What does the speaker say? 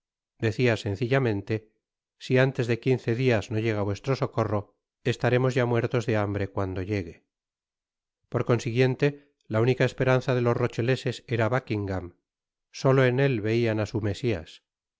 decia sencillamente si antes de quince dias no llega vuestro socorro estaremos ya muertos de hambre cuando llegue por consiguiente la única esperanza de los rocheleses era buckingam solo en él veian á su mesias